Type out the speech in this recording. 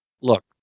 Look